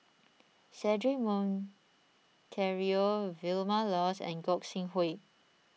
Cedric Monteiro Vilma Laus and Gog Sing Hooi